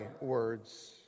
words